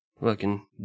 looking